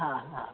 हा हा